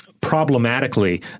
problematically